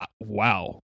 wow